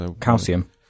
Calcium